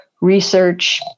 research